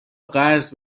قرض